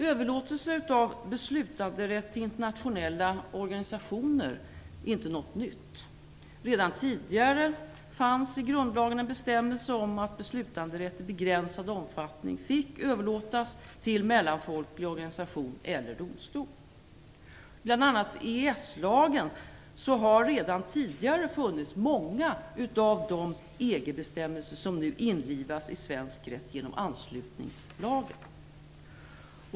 Överlåtelse av beslutanderätt till internationella organisationer är inte något nytt. Redan tidigare fanns i grundlagen en bestämmelse om att beslutanderätt i begränsad omfattning fick överlåtas till mellanfolklig organisation eller domstol. I bl.a. EES-lagen har redan tidigare funnits många av de EG-bestämmelser som nu införlivas i svensk rätt genom anslutningslagen.